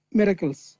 miracles